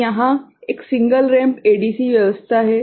तो यहाँ एक सिंगल रैंप एडीसी व्यवस्था है